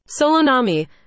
Solonami